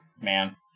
Man